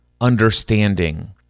understanding